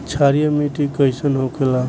क्षारीय मिट्टी कइसन होखेला?